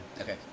Okay